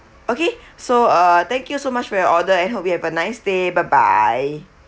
okay so uh thank you so much for your order and hope you have a nice day bye bye